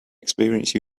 experience